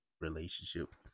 relationship